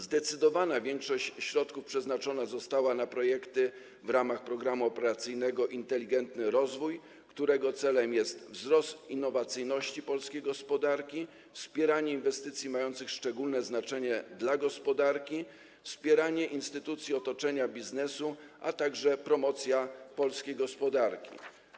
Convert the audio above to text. Zdecydowana większość środków przeznaczona została na projekty w ramach Programu Operacyjnego „Inteligentny rozwój”, którego celem jest wzrost innowacyjności polskiej gospodarki, wspieranie inwestycji mających szczególne znaczenie dla gospodarki, wspieranie instytucji otoczenia biznesu, a także promocja polskiej gospodarki.